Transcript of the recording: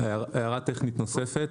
הערה אחת טכנית נוספת.